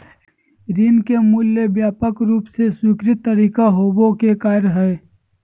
ऋण के मूल्य ले व्यापक रूप से स्वीकृत तरीका होबो के कार्य हइ